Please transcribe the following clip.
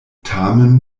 tamen